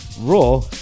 Raw